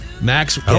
Max